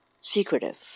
secretive